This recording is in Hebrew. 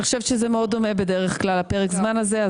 אני חושבת שזה מאוד דומה בדרך כלל פרק הזמן הזה.